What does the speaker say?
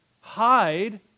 hide